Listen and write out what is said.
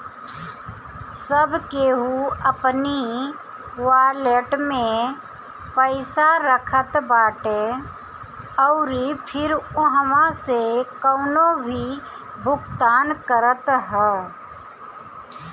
सब केहू अपनी वालेट में पईसा रखत बाटे अउरी फिर उहवा से कवनो भी भुगतान करत हअ